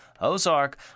Ozark